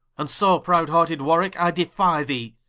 and so, prowd-hearted warwicke, i defie thee,